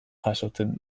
jasotzen